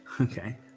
Okay